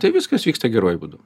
tai viskas vyksta geruoju būdu